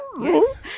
Yes